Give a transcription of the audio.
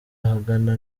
ahangana